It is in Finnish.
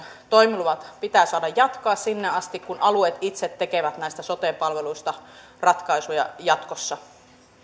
toimilupia pitää saada jatkaa sinne asti kunnes alueet itse tekevät näistä sote palveluista ratkaisuja jatkossa